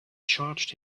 charged